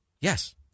Yes